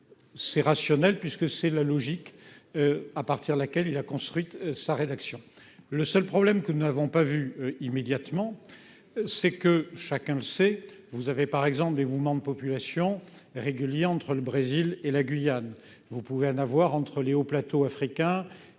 c'est rationnel, puisque c'est la logique à partir de laquelle il a construite sa rédaction, le seul problème que nous n'avons pas vu immédiatement, c'est que chacun le sait, vous avez par exemple, les mouvements de population réguliers entre le Brésil et la Guyane, vous pouvez en avoir entre Les Hauts plateaux africains